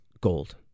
gold